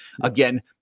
Again